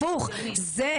הפוך, זה,